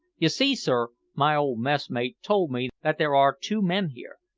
you see, sir, my old messmate told me that there are two men here,